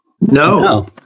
No